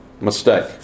mistake